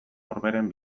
orberen